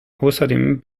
außerdem